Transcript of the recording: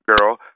girl